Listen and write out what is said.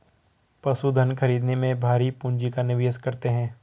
पशुधन खरीदने में भारी पूँजी का निवेश करते हैं